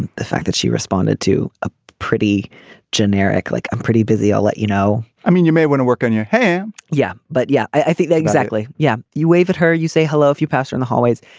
the fact that she responded to a pretty generic like i'm pretty busy i'll let you know. i mean you may want to work on your hand. yeah but yeah i think that exactly. yeah. you wave at her you say hello if you pass her in the hallways.